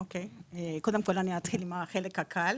אוקיי, קודם כל אני אתחיל עם החלק הקל.